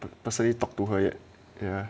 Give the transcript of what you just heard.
personally talk to her yet ya